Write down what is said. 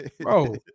bro